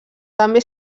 també